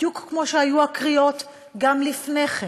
בדיוק כמו שהיו הקריאות גם לפני כן,